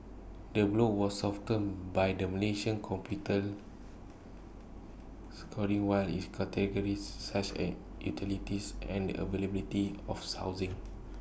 the blow was softened by the Malaysian capital scoring why is categories such A utilities and the availability of housing